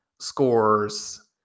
scores